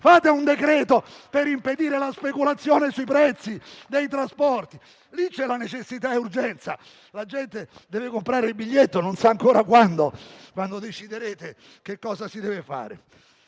Fate un decreto-legge per impedire la speculazione sui prezzi dei trasporti: lì c'è necessità e urgenza. La gente deve comprare il biglietto e non sa ancora quando, quando deciderete che cosa si deve fare.